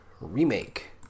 remake